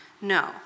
No